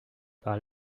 par